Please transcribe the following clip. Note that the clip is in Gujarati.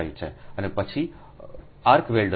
અને પછી આર્ક વેલ્ડર્સ 0